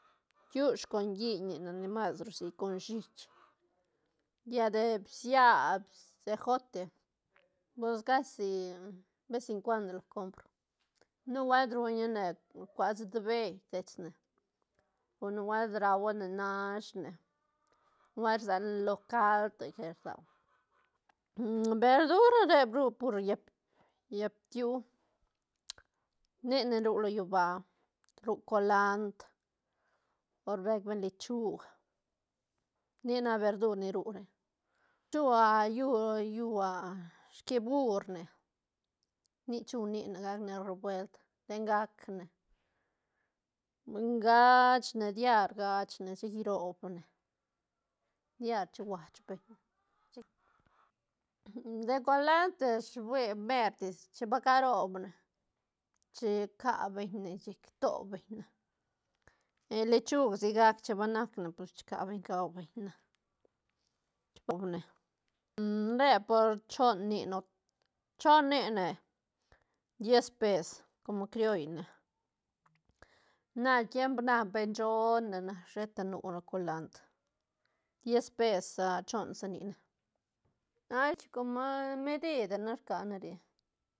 bkiush con lliñ nic nac ni masru rsi con shiit lla de bsia ejote pus casi de ves en cuando lo compro nubuelt ruña ne rcua sutbeï dets ne o nubuetl ra huane nash ne nubuelt rse lane lo cald to llet iduane berdura re ru pur lla- llaä ptiu nic ne ru lo llúba ru colandr o rbec beñ lechug nic nac verdu ni ru re chua llú-llú ski bur ne nic chu ni ne gac ne rebuelt ten gac ne ganch ne diar gach ne chic irob ne diar chi uach beñ ne chic de colandr ish hui mertis chin va carop ne chi ca beñ ne chic ito beñ ne, lechug sigac chin ba nacne pues chi ca beñ ne gau beñ ne, re por choon ni ne choon ni ne diez pes como crioll ne, na tiemp na pe schone na sheta nu ra colandr diez pes choon si ni ne at com medide ne rca na re.